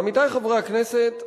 עמיתי חברי הכנסת,